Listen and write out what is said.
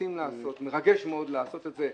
מתאים לעשות ומרגש מאוד לעשות את זה.